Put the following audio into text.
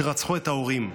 והם רצחו את ההורים.